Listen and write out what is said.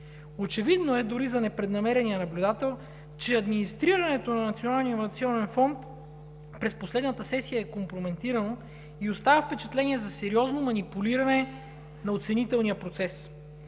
Дори за непреднамерения наблюдател е очевидно, че администрирането на Националния иновационен фонд през последната сесия е компрометирано и остава впечатление за сериозно манипулиране на оценителния процес.